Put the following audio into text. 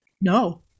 no